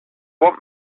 want